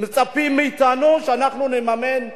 מצפים מאתנו שאנחנו נממן מלא,